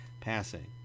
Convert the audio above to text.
passing